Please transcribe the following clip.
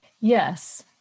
Yes